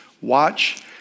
Watch